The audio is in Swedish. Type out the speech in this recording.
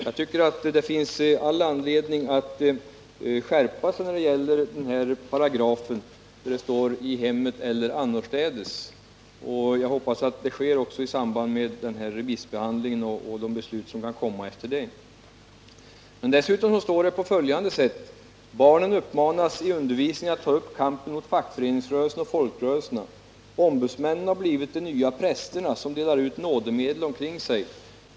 Jag tycker att det finns all anledning att skärpa paragrafen, där det står i hemmet eller annorstädes, och jag hoppas att det sker i samband med de beslut som kommer att fattas efter den pågående remissbehandlingen. Dessutom står det på följande sätt i artikeln: ”Barnen uppmanas i undervisningen att ta upp kampen mot fackföreningsrörelsen och folkrörelserna. - Ombudsmännen har blivit de nya prästerna som delar ut nådemedel omkring sig.